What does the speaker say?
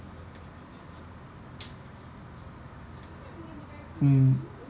mm